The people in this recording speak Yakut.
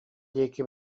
диэки